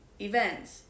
events